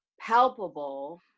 palpable